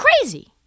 crazy